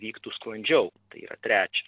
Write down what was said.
vyktų sklandžiau tai yra trečia